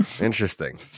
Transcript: Interesting